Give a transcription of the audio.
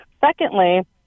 Secondly